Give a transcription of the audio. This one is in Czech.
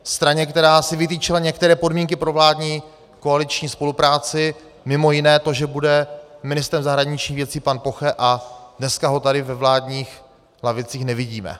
Straně, která si vytyčila některé podmínky pro vládní koaliční spolupráci, mimo jiné to, že bude ministrem zahraničních věcí pan Poche, a dneska ho tady ve vládních lavicích nevidíme.